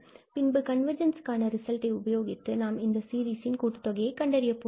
பின்பு கன்வர்ஜென்ஸ்க்கான ரிசல்ட்டை உபயோகித்து நாம் இந்த சீரிஸின் கூட்டுத் தொகையை கண்டறிய போகிறோம்